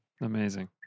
amazing